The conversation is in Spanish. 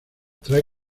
trae